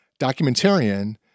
documentarian